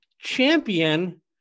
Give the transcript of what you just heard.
champion